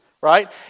right